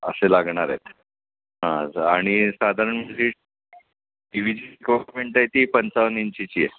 असे लागणार आहेत हां आणि साधारण टी वीची आहे ती पंचावन्न इंचीची आहे